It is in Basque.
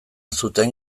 zuten